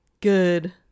good